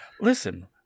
Listen